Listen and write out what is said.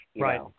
Right